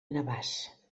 navàs